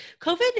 COVID